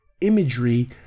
imagery